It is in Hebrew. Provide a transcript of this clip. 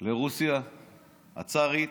לרוסיה הצארית,